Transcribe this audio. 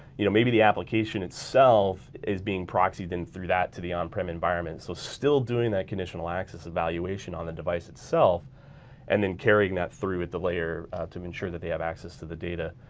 you know, maybe the application itself is being proxied then through that to the on-prem environment. so still doing that conditional access evaluation on the device itself and then carrying that through with the layer to ensure that they have access to the data.